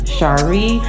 Shari